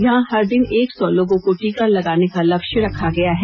यहां हर दिन एक सौ लोगों को टीका लगाने का लक्ष्य रखा गया है